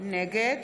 נגד